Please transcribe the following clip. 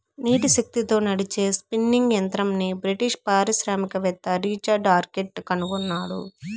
నీటి శక్తితో నడిచే స్పిన్నింగ్ యంత్రంని బ్రిటిష్ పారిశ్రామికవేత్త రిచర్డ్ ఆర్క్రైట్ కనుగొన్నాడు